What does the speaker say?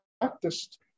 practiced